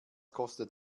kostet